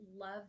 love